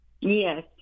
Yes